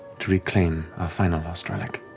to reclaim our final lost relic